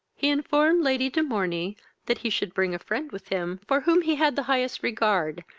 he informed lady de morney that he should bring a friend with him for whom he had the highest regard,